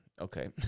Okay